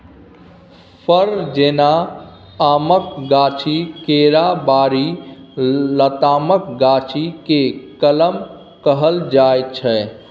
फर जेना आमक गाछी, केराबारी, लतामक गाछी केँ कलम कहल जाइ छै